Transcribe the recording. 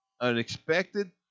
unexpected